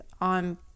on